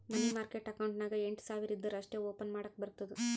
ಮನಿ market account ನಾಗ್ ಎಂಟ್ ಸಾವಿರ್ ಇದ್ದೂರ ಅಷ್ಟೇ ಓಪನ್ ಮಾಡಕ್ ಬರ್ತುದ